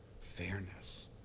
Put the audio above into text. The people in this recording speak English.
fairness